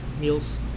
meals